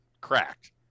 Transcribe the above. cracked